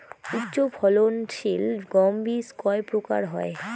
উচ্চ ফলন সিল গম বীজ কয় প্রকার হয়?